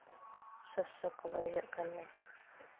ᱥᱚᱥᱥᱚ ᱠᱚ ᱜᱚᱡᱚᱜ ᱠᱟᱱᱨᱮ